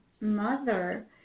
Mother